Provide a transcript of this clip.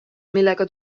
millega